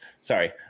Sorry